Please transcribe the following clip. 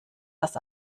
das